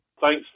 Thanks